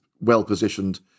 well-positioned